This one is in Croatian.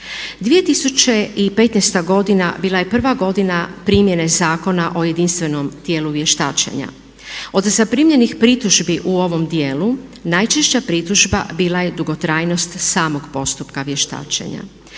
2015. godina bila je prva godina primjene Zakona o jedinstvenom tijelu vještačenja. Od zaprimljenih pritužbi u ovom dijelu najčešća pritužba bila je dugotrajnost samog postupka vještačenja.